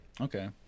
Okay